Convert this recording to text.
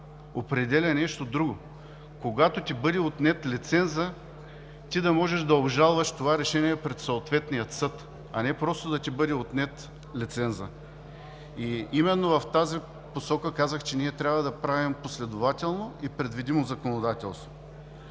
определя нещо друго – когато ти бъде отнет лицензът, ти да можеш да обжалваш това решение пред съответния съд, а не просто да ти бъде отнет. Именно в тази посока казах, че ние трябва да правим последователно и предвидимо законодателство.